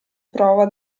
prova